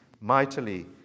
mightily